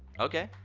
okay.